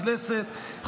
לכנסת,